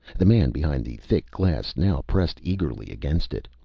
the man behind the thick glass now pressed eagerly against it.